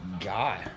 God